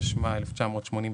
התשמ"א-1981,